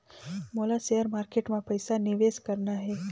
मोला share market मां पइसा निवेश करना हे?